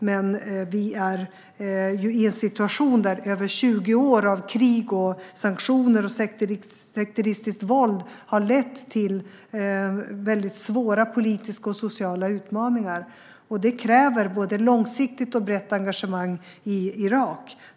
Men vi är i en situation där över 20 år av krig, sanktioner och sekteristiskt våld har lett till svåra politiska och sociala utmaningar. Det kräver både långsiktigt och brett engagemang i Irak.